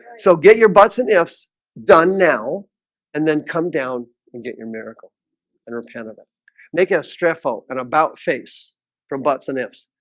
so get your buts and ifs done now and then come down and get your miracle and repenteth make it a stressful and about-face from buts and ifs